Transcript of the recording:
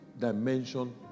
dimension